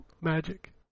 Magic